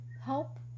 help